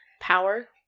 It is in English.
power